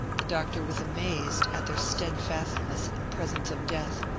the doctor was amazed at their steadfastness in presence, of death,